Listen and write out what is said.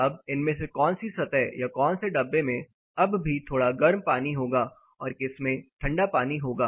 अब इनमें से कौन सी सतह या कौन से डब्बे में अब भी थोड़ा गर्म पानी होगा और किसमें ठंडा पानी होगा